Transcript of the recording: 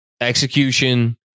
Execution